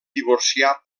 divorciar